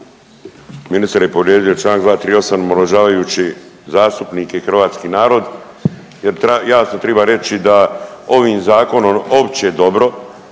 Ministar je povrijedio čl. 238. omalovažavajući zastupnike i hrvatski narod jer jasno triba reći da ovim zakonom opće dobro,